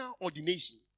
ordination